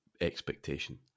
expectation